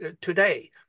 today